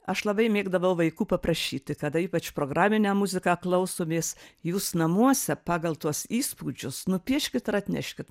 aš labai mėgdavau vaikų paprašyti kada ypač programinę muziką klausomės jūs namuose pagal tuos įspūdžius nupieškit ir atneškit